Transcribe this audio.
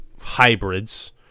hybrids